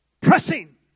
pressing